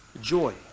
joy